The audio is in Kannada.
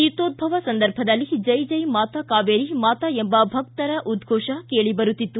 ತೀರ್ಥೋದ್ಧವ ಸಂದರ್ಭದಲ್ಲಿ ಚೈಚೈ ಮಾತಾಕಾವೇರಿ ಮಾತಾ ಎಂಬ ಭಕ್ತರ ಉದ್ನೋಷ ಕೇಳಿ ಬರುತ್ತಿತ್ತು